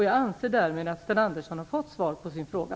Jag anser att Sten Andersson därmed har fått svar på sin fråga.